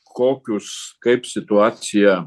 kokius kaip situaciją